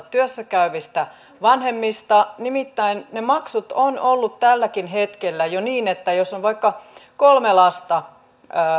työssä käyvistä vanhemmista nimittäin ne maksut ovat olleet tälläkin hetkellä jo niin että jos on vaikka kolme lasta